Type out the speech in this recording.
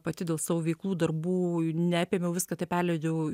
pati dėl savo veiklų darbų neapėmiau viską tai perleidžiau